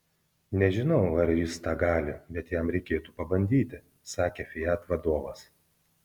nežinau ar jis tą gali bet jam reikėtų pabandyti sakė fiat vadovas